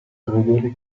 crudele